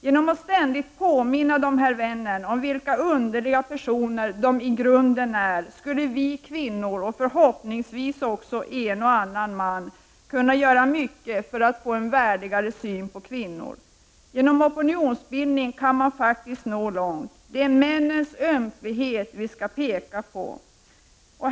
Genom att ständigt påminna dessa män om vilka underliga personer de i grunden är, skulle vi kvinnor — och förhoppningsvis en och annan man — kunna göra mycket för att få en värdigare syn på kvinnan. Genom opinionsbildning kan man faktiskt nå långt. Det är männens ömklighet vi skall peka på.